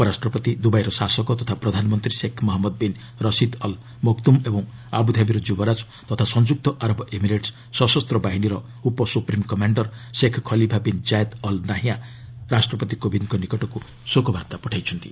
ଉପରାଷ୍ଟ୍ରପତି ଦୁବାଇର ଶାସକ ତଥା ପ୍ରଧାନମନ୍ତ୍ରୀ Sheikh Mohammed bin Rashid Al Maktoum ଏବଂ ଆବୁଧାବିର ଯୁବରାଜା ତଥା ସଂଯୁକ୍ତ ଆରବ ଏମିରେଟସ୍ ସଶସ୍ତ ବାହିନୀର ଉପସୁପ୍ରିମ୍ commander Sheikh Khalifa bin Zayed Al Nahyan ମଧ୍ୟ ରାଷ୍ଟ୍ରପତି କୋବିନ୍ଦଙ୍କ ନିକଟକୁ ଶୋକବାର୍ତ୍ତା ପଠାଇଛନ୍ତି